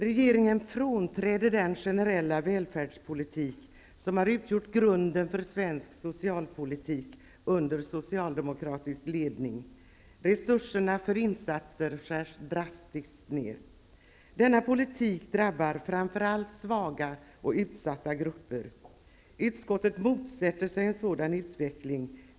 Regeringen frånträder den generella välfärdspolitik som har utgjort grunden för svensk socialpolitik under socialdemokratisk ledning. Resurserna för insatser skärs drastiskt ned. Denna politik drabbar framför allt svaga och utsatta grupper. Utskottet motsätter sig en sådan utveckling.